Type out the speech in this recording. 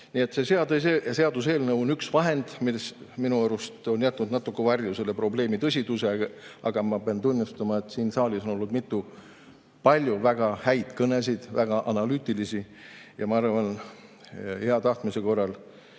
Nii et see seaduseelnõu on üks vahend, mis minu arust on jätnud natuke varju selle probleemi tõsiduse, aga ma pean tunnustama, et siin saalis on olnud palju väga häid kõnesid, väga analüütilisi, ja ma arvan, et hea tahtmise korral